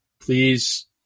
please